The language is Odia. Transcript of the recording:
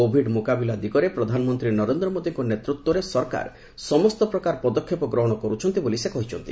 କୋଭିଡ ମୁକାବିଲା ଦିଗରେ ପ୍ରଧାନମନ୍ତ୍ରୀ ନରେନ୍ଦ୍ର ମୋଦୀଙ୍କ ନେତୃତ୍ୱରେ ସରକାର ସମସ୍ତ ପ୍ରକାର ପଦକ୍ଷେପ ଗ୍ରହଣ କର୍ଛନ୍ତି ବୋଲି ସେ କହିଛନ୍ତି